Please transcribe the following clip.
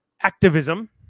activism